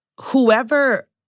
Whoever